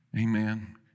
Amen